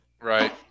Right